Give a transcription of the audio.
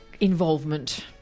involvement